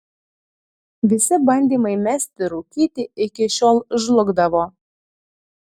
visi bandymai mesti rūkyti iki šiol žlugdavo